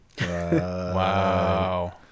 wow